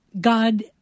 God